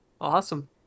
Awesome